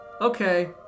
okay